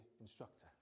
instructor